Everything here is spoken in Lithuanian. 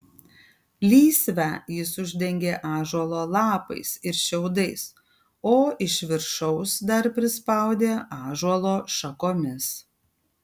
lysvę jis uždengė ąžuolo lapais ir šiaudais o iš viršaus dar prispaudė ąžuolo šakomis